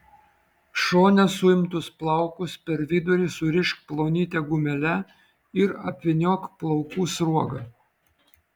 šone suimtus plaukus per vidurį surišk plonyte gumele ir apvyniok plaukų sruoga